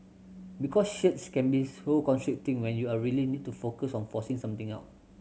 because shirts can be so constricting when you are really need to focus on forcing something out